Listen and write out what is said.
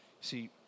See